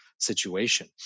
situation